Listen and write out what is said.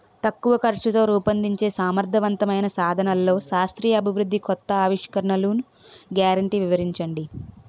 తక్కువ ఖర్చుతో రూపొందించే సమర్థవంతమైన సాధనాల్లో శాస్త్రీయ అభివృద్ధి కొత్త ఆవిష్కరణలు గ్యారంటీ వివరించండి?